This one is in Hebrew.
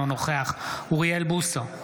אינו נוכח אוריאל בוסו,